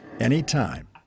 anytime